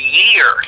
year